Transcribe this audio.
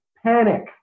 panic